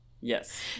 Yes